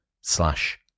slash